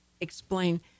explain